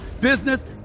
business